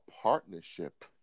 Partnership